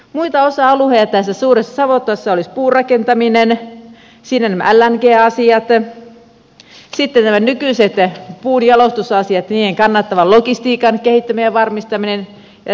muita osa alueita tässä suuressa savotassa olisi puurakentaminen siinä nämä lng asiat sitten nämä nykyiset puun jalostusasiat niiden kannattavan logistiikan kehittäminen ja varmistaminen ja tällaiset